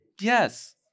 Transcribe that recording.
Yes